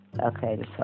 okay